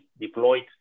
deployed